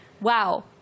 Wow